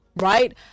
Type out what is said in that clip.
Right